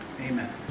Amen